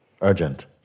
Urgent